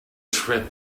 trip